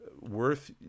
worth